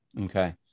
Okay